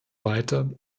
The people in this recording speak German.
weiter